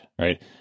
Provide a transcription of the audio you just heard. right